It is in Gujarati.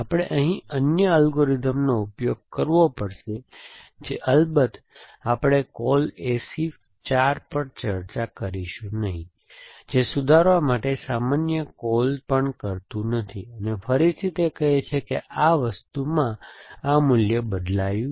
આપણે અહીં અન્ય અલ્ગોરિધમનો ઉપયોગ કરવો પડશે જે અલબત્ત આપણે કૉલ AC 4 પર ચર્ચા કરીશું નહીં જે સુધારવા માટે સામાન્ય કૉલ્સ પણ કરતું નથી ફરીથી તે કહે છે કે આ વસ્તુમાં આ મૂલ્ય બદલાયું છે